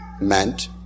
meant